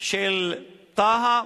של טאהא,